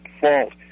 fault